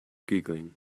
giggling